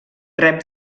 rep